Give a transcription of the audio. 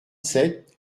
sept